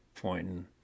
pointing